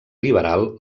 liberal